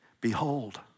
behold